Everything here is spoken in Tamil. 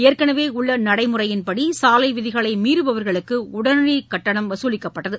ஏற்கனவே உள்ள நடைமுறையின்படி சாலை விதிகளை மீறுபவர்களுக்கு உடனடி கட்டணம் வசூலிக்கப்பட்டது